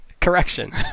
correction